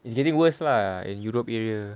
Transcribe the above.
it's getting worse lah in europe area